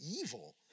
evil